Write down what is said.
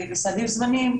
בסעדים זמניים,